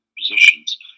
positions